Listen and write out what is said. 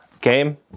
game